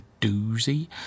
doozy